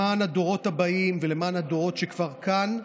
למען הדורות הבאים ולמען הדורות שכבר כאן,